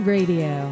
Radio